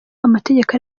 amategeko